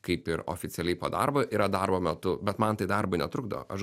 kaip ir oficialiai po darbo yra darbo metu bet man tai darbui netrukdo aš